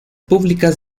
públicas